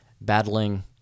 battling